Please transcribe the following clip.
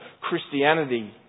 Christianity